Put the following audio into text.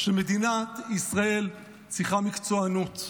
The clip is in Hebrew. שמדינת ישראל צריכה מקצוענות,